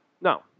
No